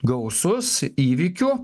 gausus įvykių